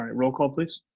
roll call please.